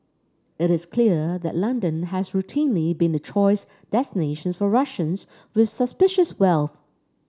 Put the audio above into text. it is clear that London has routinely been the choice destination for Russians with suspicious wealth